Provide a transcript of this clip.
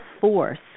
force